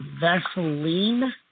Vaseline